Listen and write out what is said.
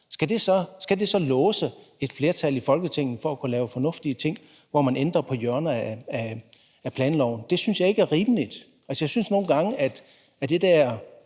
Skal det så låse et flertal i Folketinget fra at kunne lave fornuftige ting, hvor man ændrer på et hjørne af planloven? Det synes jeg ikke er rimeligt. Altså, jeg synes nogle gange, det der